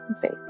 faith